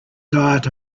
diet